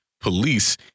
police